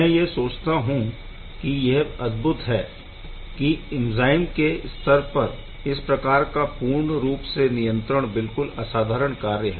मैं यह सोचता हूँ कि यह अद्भुत है कि एंज़ाइम के स्तर पर इस प्रकार का पूर्ण रूप से नियंत्रण बिलकुल असाधारण कार्य है